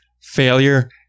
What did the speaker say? failure